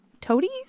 Toadies